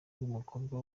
bw’umukobwa